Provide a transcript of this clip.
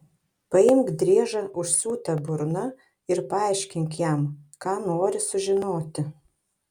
paimk driežą užsiūta burna ir paaiškink jam ką nori sužinoti